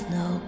no